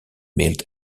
mild